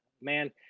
man